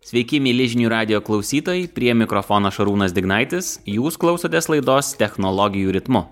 sveiki mieli žinių radijo klausytojai prie mikrofono šarūnas dignaitis jūs klausotės laidos technologijų ritmu